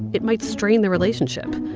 it might strain the relationship.